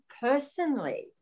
personally